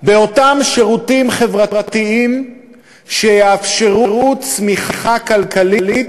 באותם שירותים חברתיים שיאפשרו צמיחה כלכלית